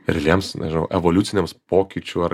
realiems nežinau evoliuciniams pokyčių ar